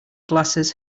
glasses